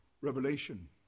Revelation